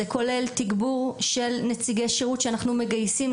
זה כולל תגבור של נציגי שירות שאנחנו מגייסים,